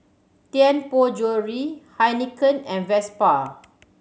Tianpo Jewellery Heinekein and Vespa